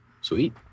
Sweet